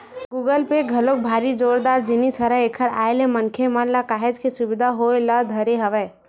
Google Pay घलोक भारी जोरदार जिनिस हरय एखर आय ले मनखे मन ल काहेच के सुबिधा होय ल धरे हवय